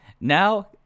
now